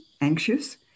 anxious